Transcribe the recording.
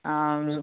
ಆಂ